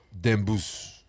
Dembus